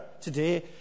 today